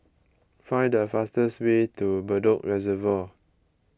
find the fastest way to Bedok Reservoir